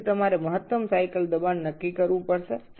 সুতরাং আপনাকে চক্রের সর্বাধিক চাপ নির্ধারণ করতে হবে